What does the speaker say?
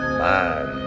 man